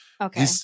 Okay